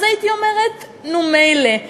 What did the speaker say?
אז הייתי אומרת: נו מילא,